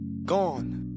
Gone